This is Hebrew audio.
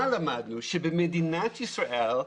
למדנו שבמדינת ישראל,